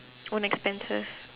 own expenses